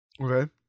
Okay